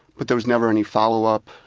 but there was never any follow up,